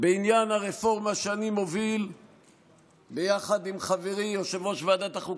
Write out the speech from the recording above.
בעניין הרפורמה שאני מוביל יחד עם חברי יושב-ראש ועדת החוקה,